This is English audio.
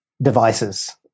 devices